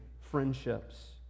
friendships